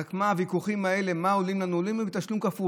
הוויכוחים האלה עולים לנו בתשלום כפול: